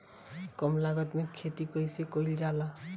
कम लागत में खेती कइसे कइल जाला?